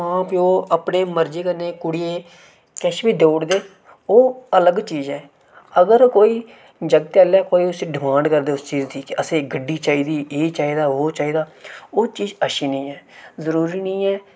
मां प्यो अपनी मर्जी कन्नै कुड़िये गी किश बी देई ओड़दे ओह् इक अलग चीज ऐ अगर कोई जागतै आह्ले कोई उसी डिमांड करदे उस चीज दी कि असें गी गड्डी चाहिदी एह् चाहिदा ओह् चाहिदा ओह् चीज अच्छी नेईं ऐ जरूरी निं ऐ